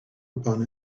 upon